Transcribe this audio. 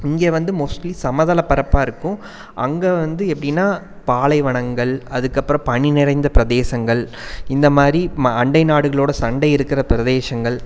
இங்கே வந்து மோஸ்ட்லி சமதள பரப்பாயிருக்கும் அங்கே வந்து எப்படின்னா பாலைவனங்கள் அதுக்கப்புறம் பனி நிறைந்த பிரதேசங்கள் இந்தமாதிரி அண்டை நாடுகளோடு சண்டை இருக்கிற பிரதேசங்கள்